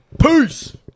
peace